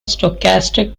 stochastic